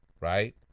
right